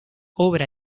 obra